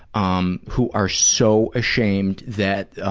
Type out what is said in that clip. um, who are so ashamed that, ah,